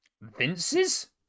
Vince's